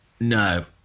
No